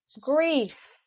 grief